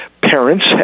parents